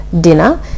dinner